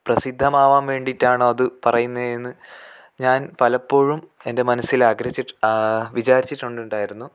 പ്രസിദ്ധമാകാൻ വേണ്ടിയിട്ടാണോ അത് പറയുന്നതെന്ന് ഞാൻ പലപ്പോഴും എൻ്റെ മനസ്സിൽ ആഗ്രഹിച്ചിട്ട് വിചാരിച്ചിട്ടുണ്ടായിരുന്നു